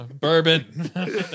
Bourbon